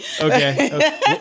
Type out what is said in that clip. Okay